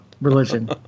religion